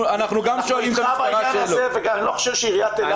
אנחנו איתך בעניין הזה ואני לא חושב שעירית אילת